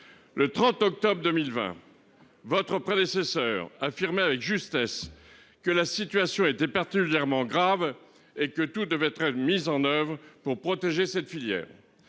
Le 30 octobre 2020. Votre prédécesseur affirmait avec justesse que la situation était particulièrement grave et que tout devait être mis en oeuvre pour protéger cette filière.